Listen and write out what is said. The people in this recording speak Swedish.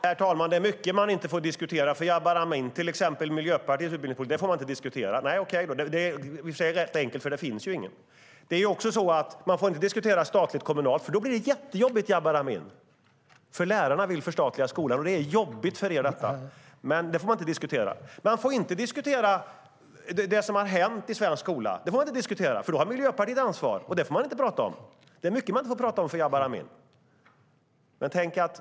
Herr talman! Det är mycket vi inte får diskutera för Jabar Amin. Vi får till exempel inte diskutera Miljöpartiets utbildningspolitik. Okej, det är rätt enkelt, för det finns ingen. Vi får inte diskutera statligt kontra kommunalt. Då blir det jättejobbigt för er eftersom lärarna vill förstatliga skolan. Vi får inte heller diskutera det som har hänt i svensk skola, för då har Miljöpartiet ansvar. Det är som sagt mycket vi inte får prata om för Jabar Amin.